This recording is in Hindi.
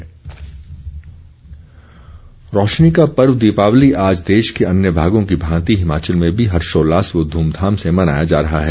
दीपावली रौशनी का पर्व दीपावली आज देश के अन्य भागों की भांति हिमाचल में भी हर्षोल्लास व ध्मधाम से मनाया जा रहा है